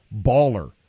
baller